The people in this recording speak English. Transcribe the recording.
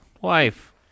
wife